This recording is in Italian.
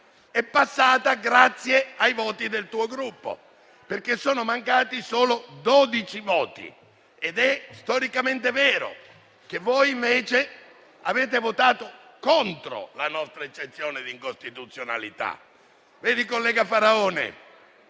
è passata grazie ai voti del suo Gruppo, perché sono mancati solo 12 voti. È storicamente vero che voi avete votato contro la nostra eccezione di incostituzionalità. Collega Faraone,